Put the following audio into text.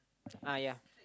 ah ya